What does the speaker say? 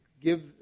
give